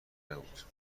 نبود